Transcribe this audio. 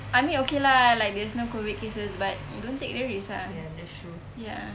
I mean okay lah like there's no COVID cases but don't take the risk ah ya